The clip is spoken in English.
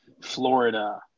Florida